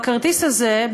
באמצעות הכרטיס הזה,